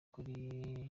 kuri